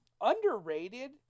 underrated